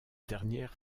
dernière